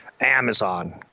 Amazon